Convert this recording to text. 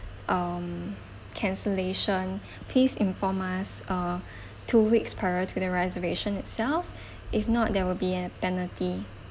um cancellation please inform us err two weeks prior to the reservation itself if not there will be a penalty